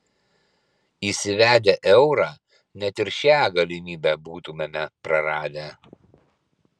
įsivedę eurą net ir šią galimybę būtumėme praradę